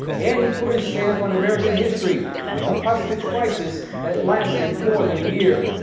and he put his stamp on american history with the hostage crisis that lasted more than a year.